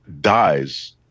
dies